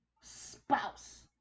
spouse